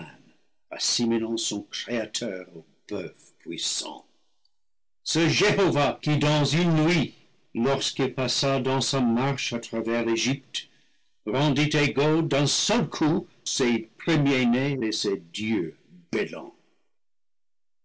assimilant son créateur au boeuf puissant ce jehovah qui dans une nuit lorsqu'il passa dans sa marche à travers l'egypte rendit égaux d'un seul coup ses premiersnés et ses dieux bêlants